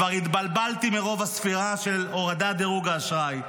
כבר התבלבלתי מרוב הספירה של הורדת דירוג האשראי.